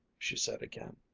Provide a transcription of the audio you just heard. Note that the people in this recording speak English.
she said again.